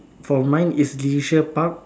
for mine is leisure park